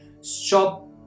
Stop